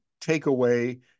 takeaway